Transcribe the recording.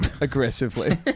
aggressively